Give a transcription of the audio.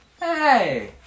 hey